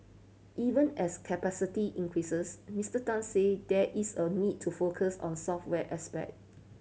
even as capacity increases Mister Tan said there is a need to focus on software aspect